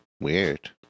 Weird